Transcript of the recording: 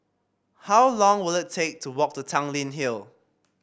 how long will it take to walk to Tanglin Hill